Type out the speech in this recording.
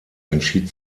entschied